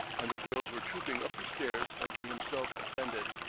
and the girls were trooping up the stairs as he himself ascended.